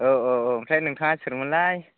औ औ औ ओमफ्राय नोंथाङा सोरमोनलाय